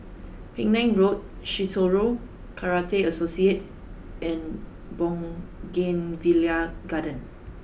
Penang Road Shitoryu Karate Association and Bougainvillea Garden